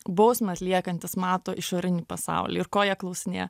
bausmę atliekantis mato išorinį pasaulį ir ko jie klausinėja